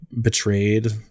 betrayed